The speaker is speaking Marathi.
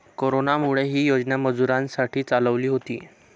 कोरोनामुळे, ही योजना मजुरांसाठी चालवली होती